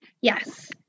Yes